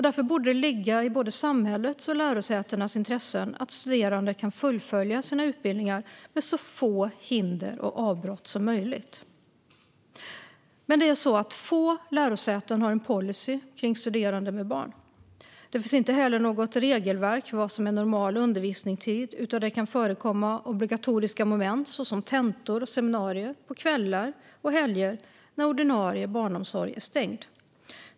Därför borde det ligga i både samhällets och lärosätenas intresse att studerande kan fullfölja sina utbildningar med så få hinder och avbrott som möjligt. Det är dock få lärosäten som har en policy för studerande med barn. Det finns inte heller något regelverk för vad som är normal undervisningstid, utan det kan förekomma obligatoriska moment, såsom tentor och seminarier, på kvällar och helger när ordinarie barnomsorg är stängd.